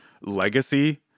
legacy